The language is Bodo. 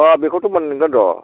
अ' बेखौथ' मोनगोन र'